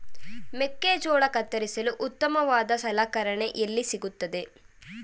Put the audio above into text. ಮೆಕ್ಕೆಜೋಳ ಕತ್ತರಿಸಲು ಉತ್ತಮವಾದ ಸಲಕರಣೆ ಎಲ್ಲಿ ಸಿಗುತ್ತದೆ?